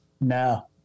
No